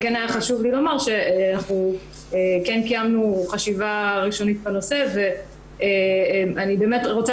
אבל כן היה חשוב לי לומר שכן קיימנו חשיבה ראשונית בנושא ואני באמת רוצה